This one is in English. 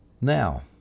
Now